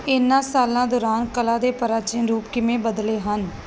ਇਨ੍ਹਾਂ ਸਾਲਾਂ ਦੌਰਾਨ ਕਲਾ ਦੇ ਪ੍ਰਾਚੀਨ ਰੂਪ ਕਿਵੇਂ ਬਦਲੇ ਹਨ